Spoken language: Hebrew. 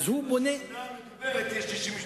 בשכונה המדוברת יש 60 משפחות.